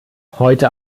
heute